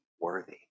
worthy